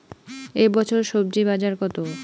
এ বছর স্বজি বাজার কত?